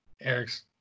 Eric's